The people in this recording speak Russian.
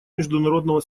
международного